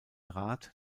rad